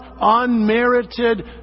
unmerited